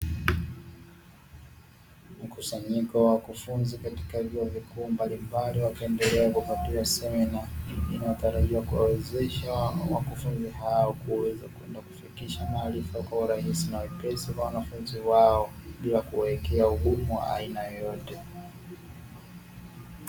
Mkusanyiko wa wanafunzi katika vyuo vikuu mbalimbali wakiendelea kupatiwa semina. Inayotarajiwa kuwawezesha wakufunzi hao kuweza kwenda kufikisha maarifa kwa urahisi na wepesi kwa wanafunzi wao, bila kuwawekea ugumu wa aina yoyote.